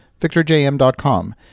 victorjm.com